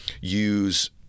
use